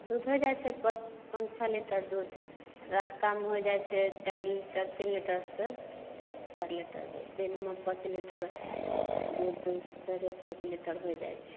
दूध होइ जाइ पाँच पॉँच छओ लीटर दूध राति कऽ हो जाइत छै चारि लीटर तीन लीटरसे चारि लीटर दिनमे पाँच लीटर दूध फेरो पाँच लीटर होइ जाइत छै